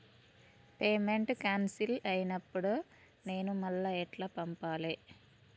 Payment cancel అయినపుడు నేను మళ్ళా ఎట్ల పంపాలే?